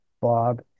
Bob